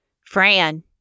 Fran